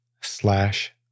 slash